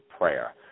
prayer